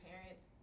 parents